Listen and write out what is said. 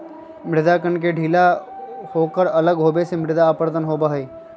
मृदा कण के ढीला होकर अलग होवे से मृदा अपरदन होबा हई